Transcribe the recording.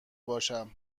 باشم